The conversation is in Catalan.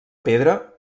pedra